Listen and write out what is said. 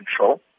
control